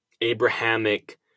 Abrahamic